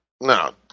No